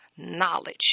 Knowledge